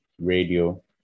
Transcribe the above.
radio